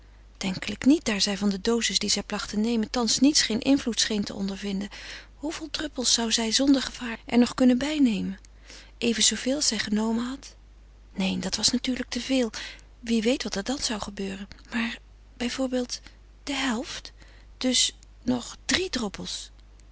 denkelijk niet daar zij van de dozis die zij placht te nemen thans niets geen invloed scheen te ondervinden hoeveel druppels zou zij zonder gevaar er nog kunnen bijnemen even zooveel als zij genomen had neen dat was natuurlijk te veel wie weet wat er dan zou gebeuren maar bijvoorbeeld de helft dus nog drie droppels